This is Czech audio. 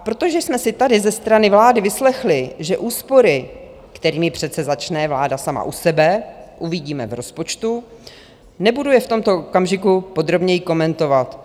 Protože jsme si tady ze strany vlády vyslechli, že úspory, kterými přece začne vláda sama u sebe, uvidíme v rozpočtu, nebudu je v tomto okamžiku podrobněji komentovat.